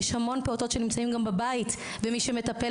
יש גם המון פעוטות שנמצאים בבית ומי שמטפל